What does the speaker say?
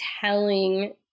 telling